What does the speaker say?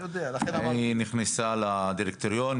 היא נכנסה לדירקטוריון.